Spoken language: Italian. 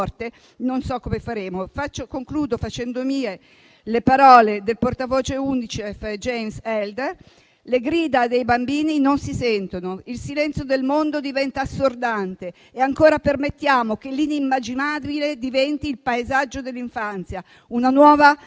non so come faremo. Concludo facendo mie le parole del portavoce UNICEF James Elder: le grida dei bambini non si sentono, il silenzio del mondo diventa assordante e ancora permettiamo che l'immaginabile diventi il paesaggio dell'infanzia, una nuova